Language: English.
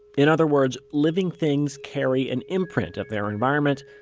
in other words, living things carry an imprint of their environment,